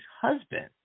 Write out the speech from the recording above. husband